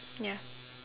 ya